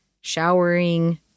showering